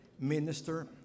minister